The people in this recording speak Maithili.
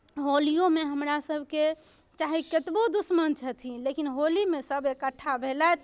होलीओमे हमरासभके चाहे कतबो दुश्मन छथिन लेकिन होलीमे सभ एकट्ठा भेलथि